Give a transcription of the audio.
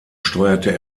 steuerte